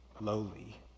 lowly